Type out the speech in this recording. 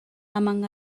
among